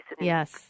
Yes